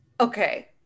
Okay